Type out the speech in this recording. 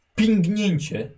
pingnięcie